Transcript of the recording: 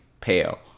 pale